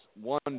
one